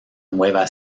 nueva